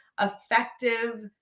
effective